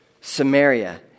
Samaria